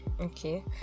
Okay